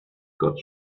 got